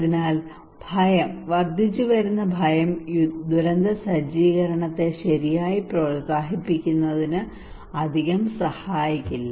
അതിനാൽ ഭയം വർദ്ധിച്ചുവരുന്ന ഭയം ദുരന്തസജ്ജീകരണത്തെ ശരിയായി പ്രോത്സാഹിപ്പിക്കുന്നതിന് അധികം സഹായിക്കില്ല